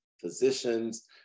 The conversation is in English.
physicians